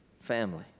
family